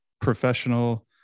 professional